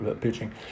pitching